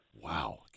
Wow